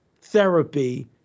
therapy